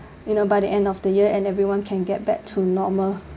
you know by the end of the year and everyone can get back to normal